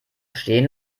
stehen